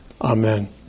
Amen